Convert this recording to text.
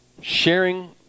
sharing